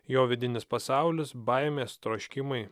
jo vidinis pasaulis baimės troškimai